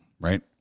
right